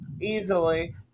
easily